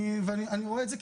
אני רואה את זה,